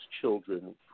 children